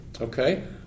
Okay